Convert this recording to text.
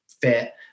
fit